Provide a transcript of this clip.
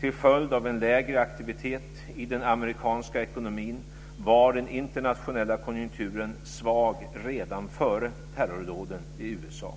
Till följd av en lägre aktivitet i den amerikanska ekonomin var den internationella konjunkturen svag redan före terrordåden i USA.